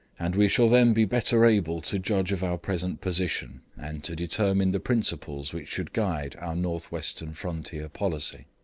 and we shall then be better able to judge of our present position, and to determine the principles which should guide our north-western frontier policy.